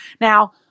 Now